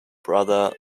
brother